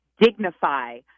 dignify